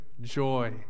joy